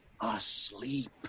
asleep